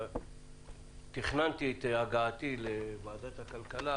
כשתכננתי את הגעתי לוועדת הכלכלה,